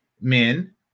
men